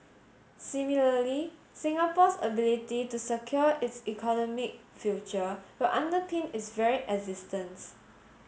similarly Singapore's ability to secure its economic future will underpin its very existence